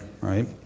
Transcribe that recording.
right